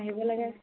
আহিব লাগে